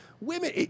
Women